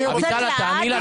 אני החזרתי אותך?